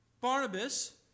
Barnabas